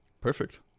perfect